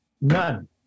None